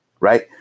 Right